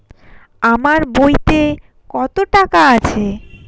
আমার বইতে কত টাকা আছে?